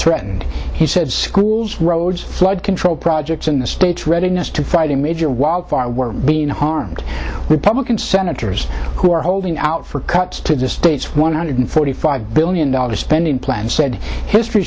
threatened he said schools roads flood control projects in the state's readiness to fight a major wildfire were being harmed republican senators who are holding out for cuts to the state's one hundred forty five billion dollars spending plan said history